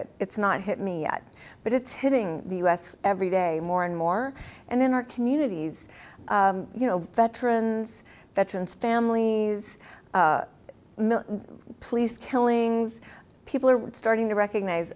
it it's not hit me yet but it's hitting us every day more and more and in our communities you know veterans veterans families please killings people are starting to recognize